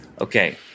Okay